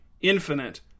infinite